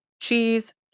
cheese